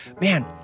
Man